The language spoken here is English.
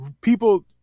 people